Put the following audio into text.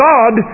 God